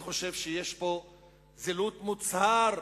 אני חושב שיש פה זילות מוצהרת